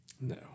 No